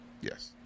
Yes